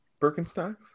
Birkenstocks